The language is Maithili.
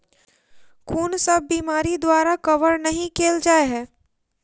कुन सब बीमारि द्वारा कवर नहि केल जाय है?